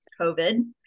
covid